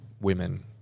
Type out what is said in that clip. women